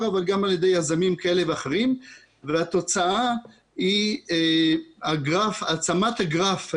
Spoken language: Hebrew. אבל גם על ידי יזמים כאלה ואחרים והתוצאה היא העצמת הגרף.